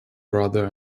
brother